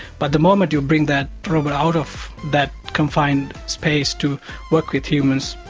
but the moment you bring that robot out of that confined space to work with humans,